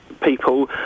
people